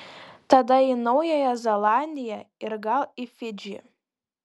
tada į naująją zelandiją ir gal į fidžį